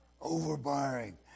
overbearing